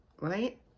right